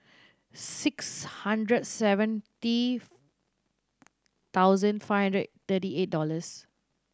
six hundred seventy thousand five hundred thirty eight dollars